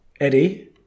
Eddie